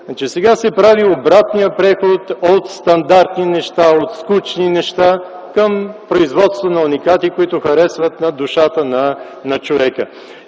Сега се прави обратният преход – от стандартни, от скучни неща да се минава към производство на уникати, които се харесват на душата на човека.